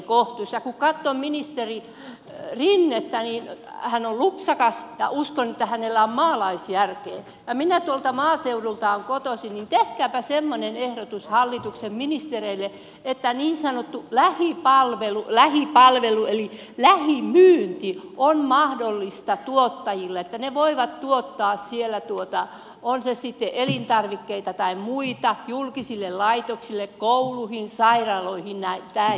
kun katsoo ministeri rinnettä niin hän on lupsakas ja uskon että hänellä on maalaisjärkeä ja kun minä tuolta maaseudulta olen kotoisin niin tehkääpä semmoinen ehdotus hallituksen ministereille että niin sanottu lähipalvelu eli lähimyynti on mahdollista tuottajille niin että he voivat tuottaa siellä on se sitten elintarvikkeita tai muita julkisille laitoksille kouluihin sairaaloihin näin